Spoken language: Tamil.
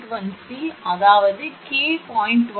1 சி அதாவது கே 0